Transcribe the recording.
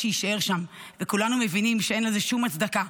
שיישאר שם וכולנו מבינים שאין לזה שום הצדקה.